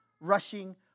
rushing